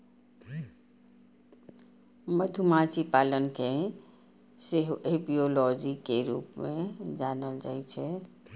मधुमाछी पालन कें सेहो एपियोलॉजी के रूप मे जानल जाइ छै